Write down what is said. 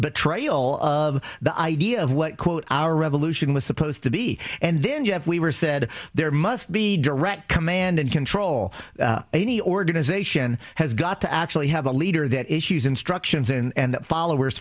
betrayal of the idea of what quote our revolution was supposed to be and then you have we were said there must be direct command and control any organization has got to actually have a leader that issues instructions and that followers